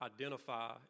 identify